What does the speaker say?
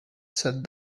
said